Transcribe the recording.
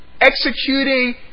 executing